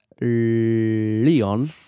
Leon